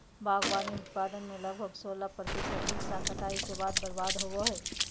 बागवानी उत्पादन में लगभग सोलाह प्रतिशत हिस्सा कटाई के बाद बर्बाद होबो हइ